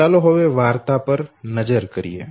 તો ચાલો હવે વાર્તા પર નજર કરીએ